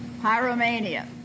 Pyromania